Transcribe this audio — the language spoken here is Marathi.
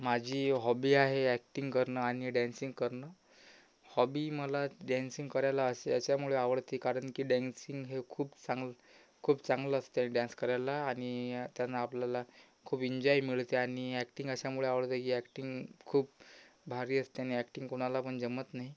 माझी हॉबी आहे ॲक्टिंग करणं आणि डॅन्सिंग करणं हॉबी मला डॅन्सिंग करायला अस याच्यामुळे आवडते कारण की डॅन्सिंग हे खूप चांग खूप चांगलं असते डॅन्स करायला आणि त्यानं आपल्याला खूप इंजाय मिळते आणि ॲक्टिंग अशामुळे आवडते की ॲक्टिंग खूप भारी असते आणि ॲक्टिंग कोणाला पण जमत नाही